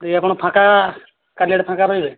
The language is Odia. ଦେଇ ଆପଣ ଫାଙ୍କା କାଲିଆଡ଼େ ଫାଙ୍କା ରହିବେ